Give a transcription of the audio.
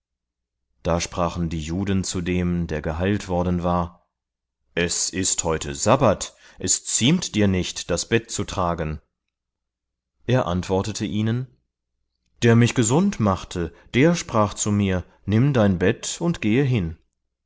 da sprachen die juden zu dem der geheilt worden war es ist heute sabbat es ziemt dir nicht das bett zu tragen er antwortete ihnen der mich gesund machte der sprach zu mir nimm dein bett und gehe hin